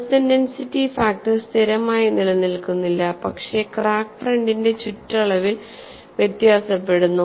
stress intensity factor സ്ഥിരമായി നിലനിൽക്കുന്നില്ല പക്ഷേ ക്രാക്ക് ഫ്രണ്ടിന്റെ ചുറ്റളവിൽ വ്യത്യാസപ്പെടുന്നു